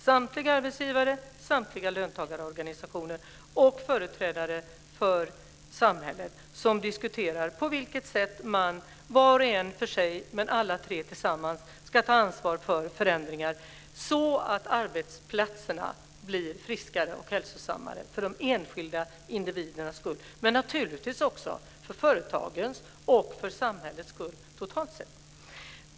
Samtliga arbetsgivare, samtliga löntagarorganisationer och företrädare för samhället ska diskutera på vilket sätt man dels var och en för sig, dels alla tre tillsammans ska ta ansvar för förändringar så att arbetsplatserna blir friskare och hälsosammare - för de enskilda individernas skull, men naturligtvis också för företagens skull och för samhällets skull totalt sett.